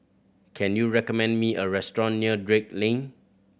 can you recommend me a restaurant near Drake Lane